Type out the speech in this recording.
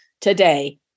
today